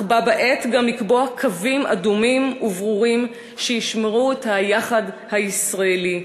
בה בעת גם לקבוע קווים אדומים וברורים שישמרו את היחד הישראלי,